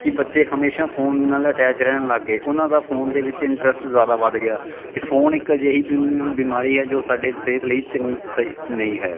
ਕਿ ਬੱਚੇ ਹਮੇਸ਼ਾ ਫੋਨ ਨਾਲ ਅਟੈਚ ਰਹਿਣ ਲੱਗ ਗਏ ਉਹਨਾਂ ਦਾ ਫੋਨ ਦੇ ਵਿੱਚ ਇੰਟਰਸਟ ਜ਼ਿਆਦਾ ਵੱਧ ਗਿਆ ਅਤੇ ਫੋਨ ਇੱਕ ਅਜਿਹੀ ਬਿਮਾਰੀ ਹੈ ਜੋ ਸਾਡੇ ਸਿਹਤ ਲਈ ਚੰਗੀ ਸਹੀ ਨਹੀਂ ਹੈ